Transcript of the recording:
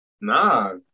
Nah